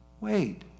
wait